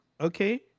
Okay